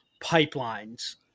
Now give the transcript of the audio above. pipelines